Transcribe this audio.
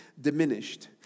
diminished